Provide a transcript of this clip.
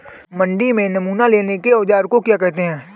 मंडी में नमूना लेने के औज़ार को क्या कहते हैं?